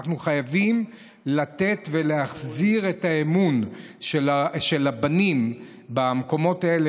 אנחנו חייבים להחזיר את האמון של הבנים במקומות האלה,